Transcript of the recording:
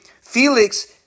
felix